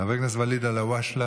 חבר הכנסת ואליד אלהואשלה,